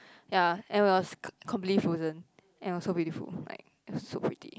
ya and it was completely frozen and was so beautiful like so pretty